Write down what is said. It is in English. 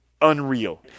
unreal